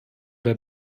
der